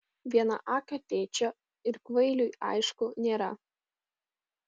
vienaakio tėčio ir kvailiui aišku nėra